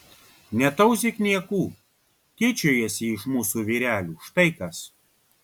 netauzyk niekų tyčiojasi ji iš mūsų vyrelių štai kas